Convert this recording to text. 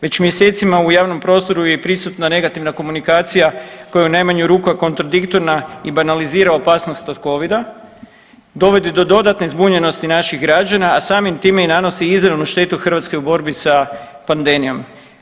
Već mjesecima u javnom prostoru je prisutna negativna komunikacija koja je u najmanju ruku je kontradiktorna i banalizira opasnost od covida, dovodi do dodatne zbunjenosti naših građana, a samim time i nanosi izravnu štetu Hrvatskoj u borbi sa pandemijom.